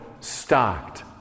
stocked